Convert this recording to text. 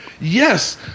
Yes